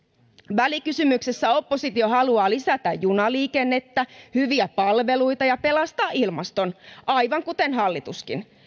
välikysymyksessä oppositio haluaa lisätä junaliikennettä hyviä palveluita ja pelastaa ilmaston aivan kuten hallituskin